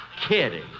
kidding